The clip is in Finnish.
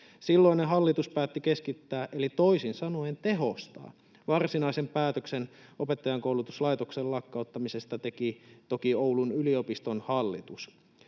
Silloinen hallitus päätti keskittää eli toisin sanoen tehostaa. Varsinaisen päätöksen opettajankoulutuslaitoksen lakkauttamisesta teki toki Oulun yliopiston hallitus.